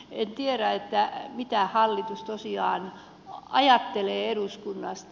en tiedä mitä hallitus tosiaan ajattelee eduskunnasta